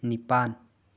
ꯅꯤꯄꯥꯟ